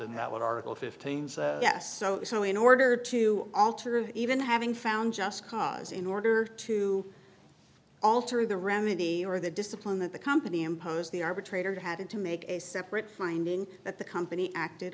and that would article fifteen's yes so in order to alter even having found just cause in order to alter the remedy or the discipline that the company impose the arbitrator had to make a separate finding that the company acted